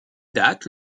date